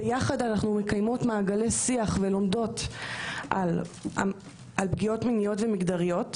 יחד אנחנו מקיימות מעגלי שיח ולומדות על פגיעות מיניות ומגדריות,